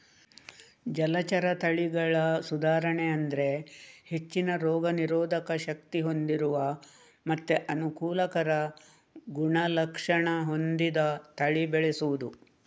ಜಲಚರ ತಳಿಗಳ ಸುಧಾರಣೆ ಅಂದ್ರೆ ಹೆಚ್ಚಿನ ರೋಗ ನಿರೋಧಕ ಶಕ್ತಿ ಹೊಂದಿರುವ ಮತ್ತೆ ಅನುಕೂಲಕರ ಗುಣಲಕ್ಷಣ ಹೊಂದಿದ ತಳಿ ಬೆಳೆಸುದು